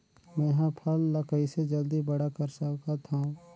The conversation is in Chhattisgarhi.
मैं ह फल ला कइसे जल्दी बड़ा कर सकत हव?